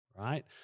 right